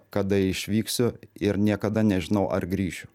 kada išvyksiu ir niekada nežinau ar grįšiu